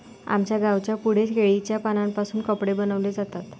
आमच्या गावाच्या पुढे केळीच्या पानांपासून कपडे बनवले जातात